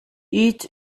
each